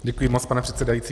Děkuji moc, pane předsedající.